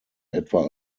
etwa